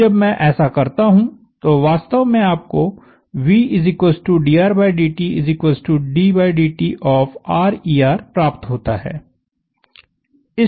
अब जब मैं ऐसा करता हूं तो वास्तव में आपकोvdrdtddt प्राप्त होता है